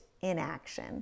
inaction